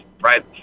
right